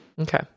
Okay